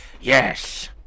Yes